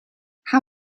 how